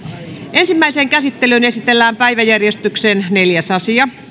ensimmäiseen käsittelyyn esitellään päiväjärjestyksen neljäs asia